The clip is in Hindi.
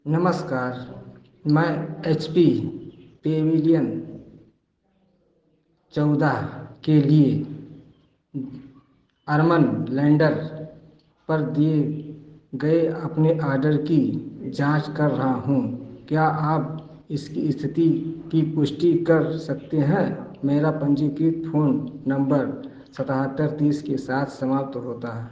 नमस्कार मैं एच पी पेविलियन चौदह के लिए अर्मन लैंडर पर दिए गए अपने ऑर्डर की जाँच कर रहा हूँ क्या आप इसकी स्थिति की पुष्टि कर सकते हैं मेरा पंजीकृत फ़ोन नम्बर सतहत्तर तीस के साथ समाप्त होता है